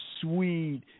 sweet